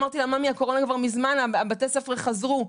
אמרתי לה שהקורונה כבר מזמן -- בתי הספר חזרו,